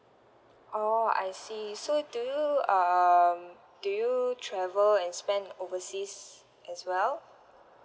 oh I see so do you um do you travel and spend overseas as well